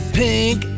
pink